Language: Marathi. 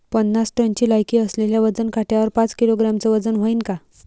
पन्नास टनची लायकी असलेल्या वजन काट्यावर पाच किलोग्रॅमचं वजन व्हईन का?